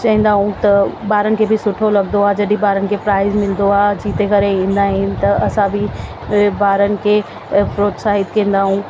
चवंदा ऐं त ॿारनि खे बि सुठो लॻंदो आहे जॾहिं ॿारनि खे प्राइज मिलंदो आहे जिते करे ईंदा आहिनि त असां बि उहे ॿारनि खे प्रोत्साहित कंदा आहियूं